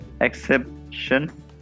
exception